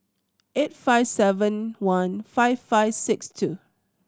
eight five seven one five five six two